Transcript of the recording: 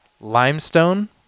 limestone